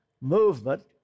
movement